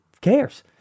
cares